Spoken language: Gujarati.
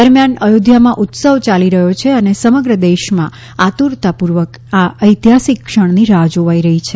દરમિયાન અયોધ્યામાં ઉત્સવ ચાલી રહ્યો છે અને સમગ્ર દેશમાં આતુરતાપૂર્વક આ ઐતિહાસિક ક્ષણની રાહ જોવાઈ રહી છે